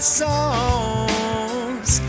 songs